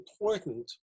important